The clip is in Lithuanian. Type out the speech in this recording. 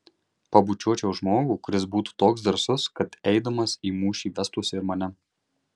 pabučiuočiau žmogų kuris būtų toks drąsus kad eidamas į mūšį vestųsi ir mane